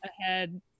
ahead